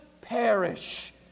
perish